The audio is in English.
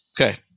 Okay